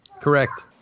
Correct